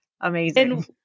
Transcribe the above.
amazing